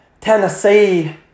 Tennessee